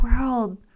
world